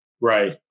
Right